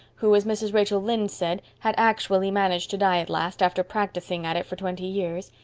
who, as mrs. rachel lynde said had actually managed to die at last after practicing at it for twenty years,